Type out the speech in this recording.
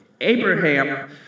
Abraham